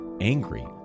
angry